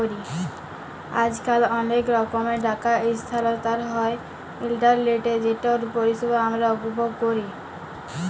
আইজকাল অলেক রকমের টাকা ইসথালাল্তর হ্যয় ইলটারলেটে যেটর পরিষেবা আমরা উপভোগ ক্যরি